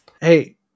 Hey